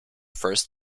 first